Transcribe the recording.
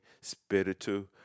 Spiritu